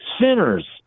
sinners